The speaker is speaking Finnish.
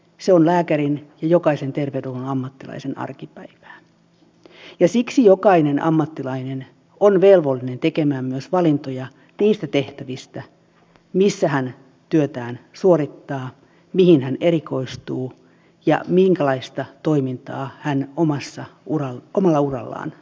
se on lääkärin ja jokaisen terveydenhuollon ammattilaisen arkipäivää ja siksi jokainen ammattilainen on velvollinen tekemään myös valintoja niistä tehtävistä siitä missä hän työtään suorittaa mihin hän erikoistuu ja minkälaista toimintaa hän omalla urallaan tekee